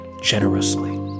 generously